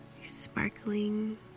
sparkling